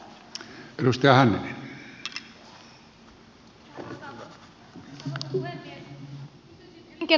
kysyn elinkeinoministeriltä